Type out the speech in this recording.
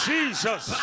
Jesus